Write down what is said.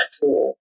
four